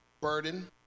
burden